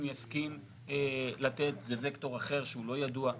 יסכים לתת זה וקטור אחר שהוא לא ידוע.